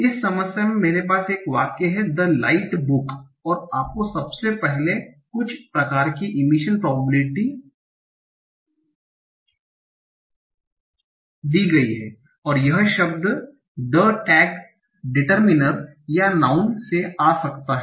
इस समस्या में मेरे पास एक वाक्य है द लाइट बुक और आपको सबसे पहले कुछ प्रकार की इमिशन प्रोबेबिलिटीस दी गई हैं कि यह शब्द the टैग डिटरमिनर या नाउँन से आ सकता है